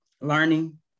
Learning